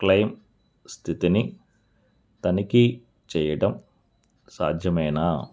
claim స్థితిని తనిఖీ చేయడం సాధ్యమేనా